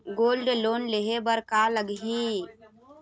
Gold loan लेहे बर का लगही?